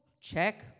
Check